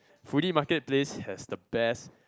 foodie market place has the best